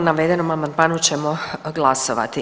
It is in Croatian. O navedenom amandmanu ćemo glasovati.